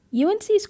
UNC's